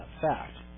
fact